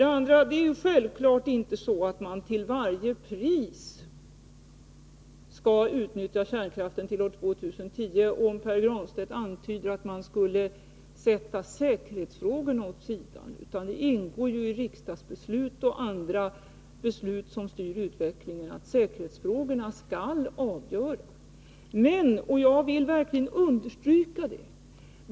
Sedan är det ju självklart att man inte till varje pris skall utnyttja kärnkraften till år 2010, om, som Pär Granstedt antyder, säkerhetsfrågorna skulle behöva åsidosättas. Både riksdagsbeslut och andra beslut som styr utvecklingen går ju ut på att säkerhetsfrågorna skall vara avgörande. Men jag vill understryka följande.